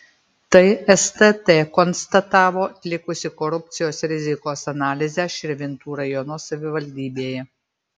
tai stt konstatavo atlikusi korupcijos rizikos analizę širvintų rajono savivaldybėje